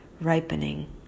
ripening